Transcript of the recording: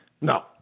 No